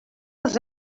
els